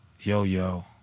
Yo-Yo